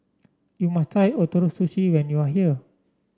you must try Ootoro Sushi when you are here